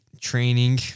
training